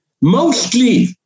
Mostly